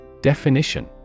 Definition